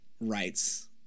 rights